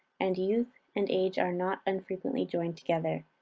and youth and age are not unfrequently joined together,